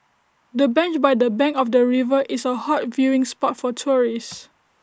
the bench by the bank of the river is A hot viewing spot for tourists